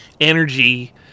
energy